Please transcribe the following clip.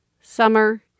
summer